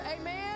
Amen